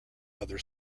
other